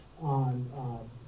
on